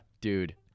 Dude